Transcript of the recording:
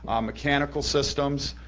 um mechanical systems,